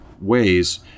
ways